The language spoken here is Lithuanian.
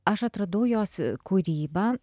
aš atradau jos kūrybą